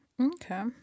okay